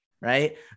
right